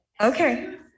Okay